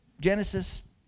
Genesis